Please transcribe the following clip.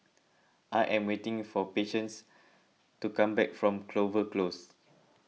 I am waiting for Patience to come back from Clover Close